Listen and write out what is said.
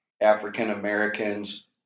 African-Americans